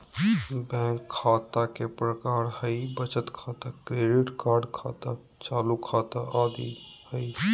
bank खता के प्रकार हइ बचत खाता, क्रेडिट कार्ड खाता, चालू खाता आदि हइ